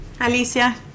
Alicia